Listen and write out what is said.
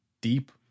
deep